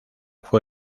fue